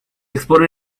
expone